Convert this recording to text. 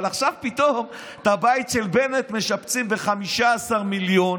אבל עכשיו פתאום את הבית של בנט משפצים ב-15 מיליון,